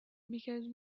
because